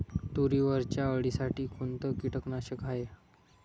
तुरीवरच्या अळीसाठी कोनतं कीटकनाशक हाये?